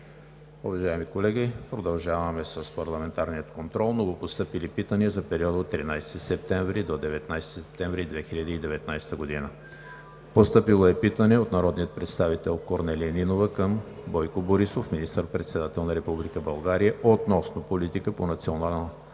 Уважаеми колеги, продължаваме с: ПАРЛАМЕНТАРЕН КОНТРОЛ. Новопостъпили питания за периода от 13 септември до 19 септември 2019 г.: Постъпило е питане от народния представител Корнелия Нинова към Бойко Борисов – министър-председател на Република България, относно политиката по националната